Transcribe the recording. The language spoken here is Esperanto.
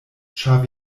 ĉar